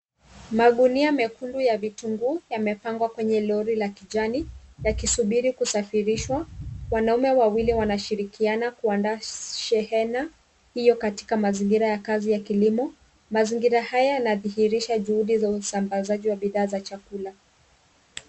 Magunia mekundu ya vitunguu yamepangwa kwenye lori la kijani yakisubiri kusafirishwa. Wanaume wawili wanashirikiana kuandaa shehena hiyo katika mazingira ya kazi ya kilimo. Mazingira haya yanadhihirisha juhudi za usambazaji wa bidhaa za chakula.